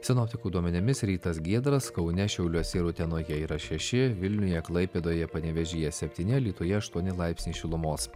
sinoptikų duomenimis rytas giedras kaune šiauliuose ir utenoje yra šeši vilniuje klaipėdoje panevėžyje septyni alytuje aštuoni laipsniai šilumos